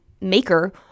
maker